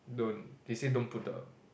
don't they say don't put the